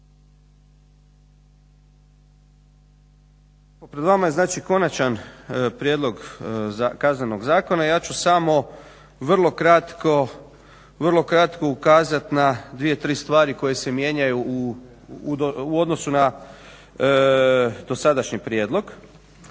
Konačan prijedlog Kaznenog zakona. Ja ću samo vrlo kratko ukazat na dvije, tri stvari koje se mijenjaju u odnosu na dosadašnji prijedlog.